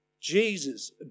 Jesus